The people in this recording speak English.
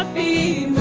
a